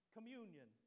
Communion